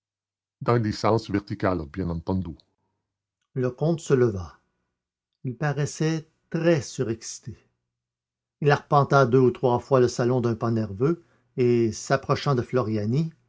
dans le sens vertical bien entendu le comte se leva il paraissait très surexcité il arpenta deux ou trois fois le salon d'un pas nerveux et s'approchant de floriani